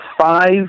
Five